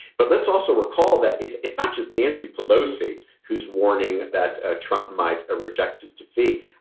but let's also recall that it's it's not just nancy pelosi who is warning that ah trump might reject his defeat.